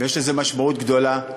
ויש לזה משמעות גדולה,